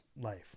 life